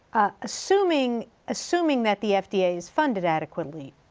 assuming assuming that the fda is funded adequately,